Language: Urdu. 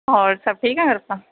اور سب ٹھیک ہیں گھر کا